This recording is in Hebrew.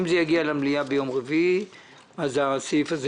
אם זה יגיע למליאה ביום רביעי אז הסעיף הזה